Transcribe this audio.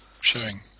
showing